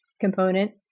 component